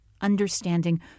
understanding